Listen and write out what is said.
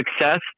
success